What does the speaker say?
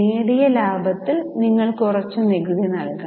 നേടിയ ലാഭത്തിൽ നിങ്ങൾ കുറച്ച് നികുതി നൽകണം